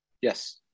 Yes